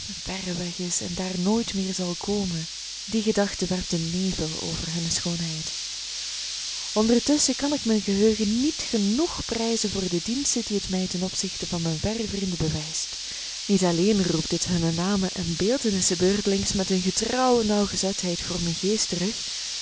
verre weg is en daar nooit meer zal komen die gedachte werpt een nevel over hunne schoonheid ondertusschen kan ik mijn geheugen niet genoeg prijzen voor de diensten die het mij ten opzichte van mijne verre vrienden bewijst niet alleen roept het hunne namen en beeltenissen beurtelings met eene getrouwe nauwgezetheid voor mijn geest terug